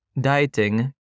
dieting